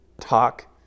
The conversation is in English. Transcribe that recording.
talk